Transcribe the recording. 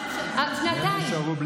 שנתיים.